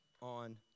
on